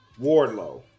Wardlow